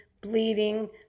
bleeding